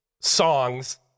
songs